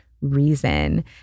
Reason